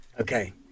okay